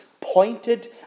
pointed